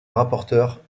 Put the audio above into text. rapporteur